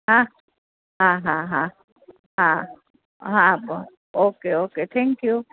હા હા હા હા હા હા ઓકે ઓકે થેંક્યું